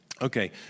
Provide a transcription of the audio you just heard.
Okay